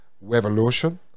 Revolution